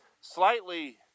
slightly